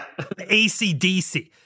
ACDC